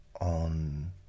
on